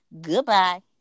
goodbye